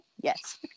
Yes